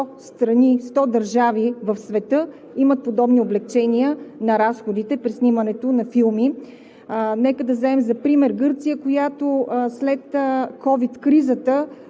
сто държави в света имат подобни облекчения на разходите при снимането на филми. Нека да вземем за пример Гърция, която след ковид кризата